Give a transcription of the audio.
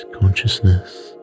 consciousness